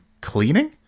cleaning